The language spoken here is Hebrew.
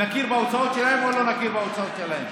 נכיר בהוצאות שלנו או לא נכיר בהוצאות שלהם,